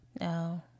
no